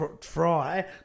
try